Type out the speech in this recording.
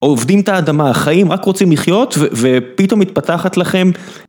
עובדים ת'אדמה, חיים, רק רוצים לחיות ופתאום מתפתחת לכם.